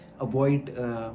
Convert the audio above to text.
avoid